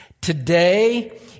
today